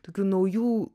tokiu naujų